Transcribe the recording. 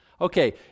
Okay